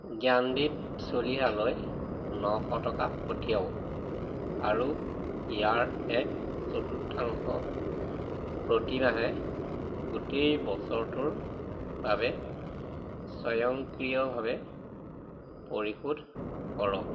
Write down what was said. জ্ঞানদীপ চলিহালৈ নশ টকা পঠিয়াওক আৰু ইয়াৰ এক চতুৰ্থাংশ প্ৰতিমাহে গোটেই বছৰটোৰ বাবে স্বয়ংক্ৰিয়ভাৱে পৰিশোধ কৰক